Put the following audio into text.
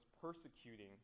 persecuting